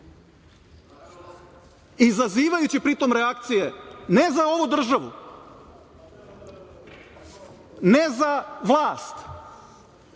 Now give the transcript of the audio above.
izazivajući pri tom reakcije, ne za ovu državu, ne za vlast,